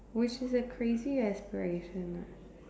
which is a crazy aspiration lah